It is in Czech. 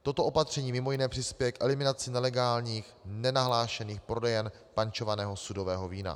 Toto opatření mimo jiné přispěje k eliminaci nelegálních, nenahlášených prodejen pančovaného sudového vína.